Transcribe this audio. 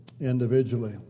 individually